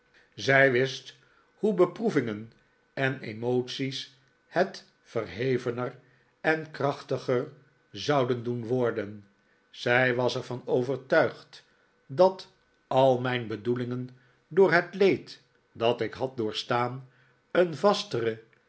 zij wist hoe beproevingen en emoties het verhevener en krachtiger zouden doen worden zij was er van de wolken trekken weg overtuigd dat al mijn bedoelingen door liet leed dat ik had doorstaan een vastere